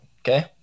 okay